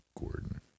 Gordon